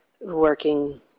Working